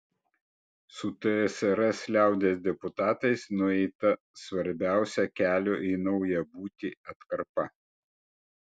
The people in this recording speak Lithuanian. su tsrs liaudies deputatais nueita svarbiausia kelio į naują būtį atkarpa